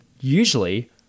usually